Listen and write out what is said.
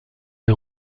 les